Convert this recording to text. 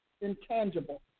intangible